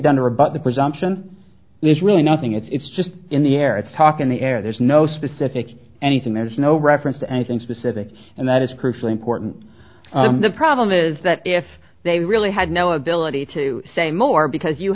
done to rebut the presumption is really nothing it's just in the air it's talk in the air there's no specific anything there's no reference to anything specific and that is crucially important the problem is that if they really had no ability to say more because you